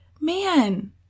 Man